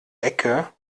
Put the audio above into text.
ecke